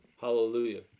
hallelujah